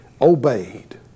Obeyed